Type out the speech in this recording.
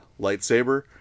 lightsaber